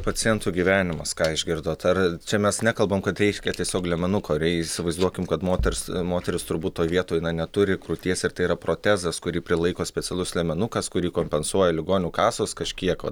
pacientų gyvenimas ką išgirdot ar čia mes nekalbam kad reiškia tiesiog liemenuko rei įsivaizduokime kad moters moteris turbūt toj vietoj na neturi krūties ir tai yra protezas kurį prilaiko specialus liemenukas kurį kompensuoja ligonių kasos kažkiek vat